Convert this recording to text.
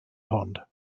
pond